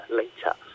later